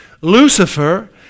Lucifer